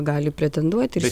gali pretenduoti